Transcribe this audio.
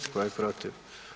Tko je protiv?